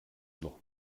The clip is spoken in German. noch